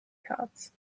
cards